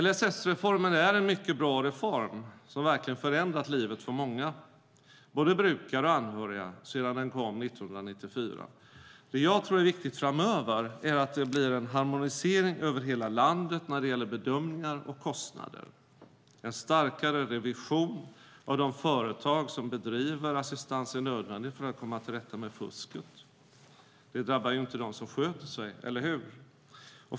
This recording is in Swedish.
LSS-reformen är en mycket bra reform som verkligen förändrat livet för många, både brukare och anhöriga, sedan den kom 1994. Det jag tror är viktigt framöver är att det blir en harmonisering över hela landet när det gäller bedömningar och kostnader. En starkare revision av de företag som bedriver assistans är nödvändig för att komma till rätta med fusket. Det drabbar ju inte den som sköter sig, eller hur?